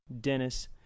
Dennis